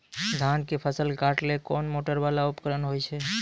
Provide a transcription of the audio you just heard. धान के फसल काटैले कोन मोटरवाला उपकरण होय छै?